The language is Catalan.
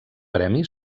premi